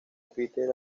peter